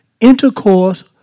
intercourse